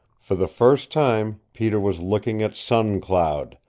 for the first time peter was looking at sun cloud,